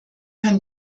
kann